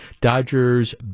Dodgers